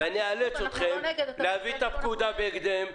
-- ואני איאלץ אתכם להביא את הפקודה בהקדם,